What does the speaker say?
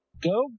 Go